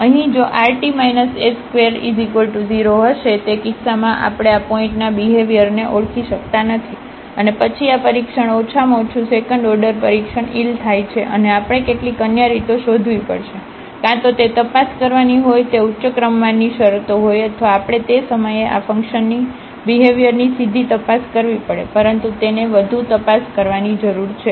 અને અહીં જો rt s2 0 હશે તે કિસ્સામાં આપણે આ પોઇન્ટના બિહેવ્યરને ઓળખી શકતા નથી અને પછી આ પરીક્ષણ ઓછામાં ઓછું સેકન્ડ ઓર્ડર પરીક્ષણ ઇલ થાય છે અને આપણે કેટલીક અન્ય રીતો શોધવી પડશે કાં તો તે તપાસ કરવાની હોય તે ઉચ્ચ ક્રમમાંની શરતો હોય અથવા આપણે તે સમયે આ ફંકશનની બિહેવ્યરની સીધી તપાસ કરવી પડે પરંતુ તેને વધુ તપાસ કરવાની જરૂર છે